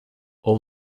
all